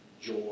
Joy